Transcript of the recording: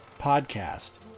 Podcast